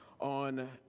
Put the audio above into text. On